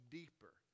deeper